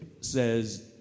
says